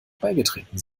beigetreten